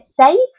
safe